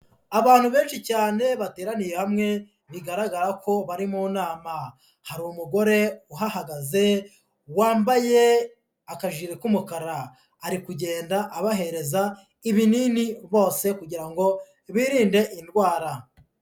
Abantu benshi cyane bateraniye hamwe, bigaragara ko bari mu nama, hari umugore uhahagaze wambaye akajiri k'umukara, ari kugenda abahereza ibinini bose kugira ngo birinde indwara.